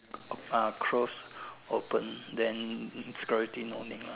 ah close open then security no need lah